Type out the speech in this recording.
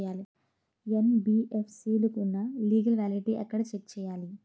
NBFC లకు ఉన్నా legal validity ఎక్కడ చెక్ చేయాలి?